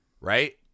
Right